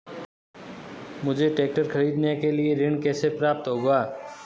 मुझे ट्रैक्टर खरीदने के लिए ऋण कैसे प्राप्त होगा?